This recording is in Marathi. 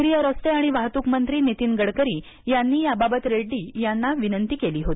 केंद्रीय रस्ते आणि वाहत्रकमंत्री नितीन गडकरी यांनी या बाबत रेड्डी यांना विनंती केली होती